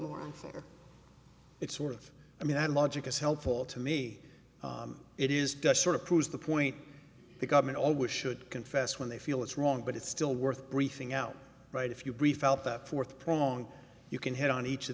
more unfair it's sort of i mean that logic is helpful to me it is just sort of proves the point the government always should confess when they feel it's wrong but it's still worth briefing out right if you brief out that fourth prong you can hit on each of